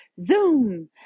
Zoom